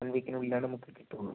one വീക്കിനുള്ളിലാണ് നമുക്ക് കിട്ടൂള്ളൂ